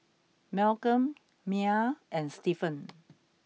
Malcom Miah and Stephan